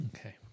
Okay